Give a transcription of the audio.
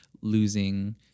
losing